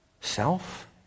Self